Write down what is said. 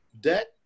debt